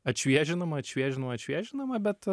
atšviežinama atšviežinama atšviežinama bet